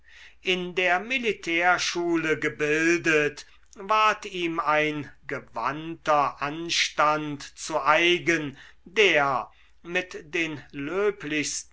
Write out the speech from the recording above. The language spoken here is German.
in der militärschule gebildet ward ihm ein gewandter anstand zu eigen der mit den